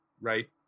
right